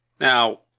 Now